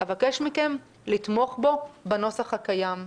אבקש מכם לתמוך בו בנוסח הקיים.